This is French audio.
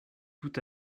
tout